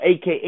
AKA